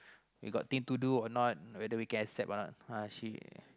we got thing to do or not whether we can accept or not uh she